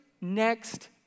next